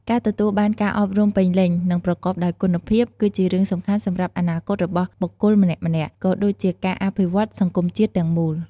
ការទទួលបានការអប់រំពេញលេញ និងប្រកបដោយគុណភាព គឺជារឿងសំខាន់សម្រាប់អនាគតរបស់បុគ្គលម្នាក់ៗ ក៏ដូចជាការអភិវឌ្ឍសង្គមជាតិទាំងមូល។